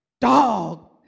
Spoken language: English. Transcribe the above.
dog